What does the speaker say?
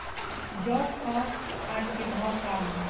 जौ क आज के भाव का ह?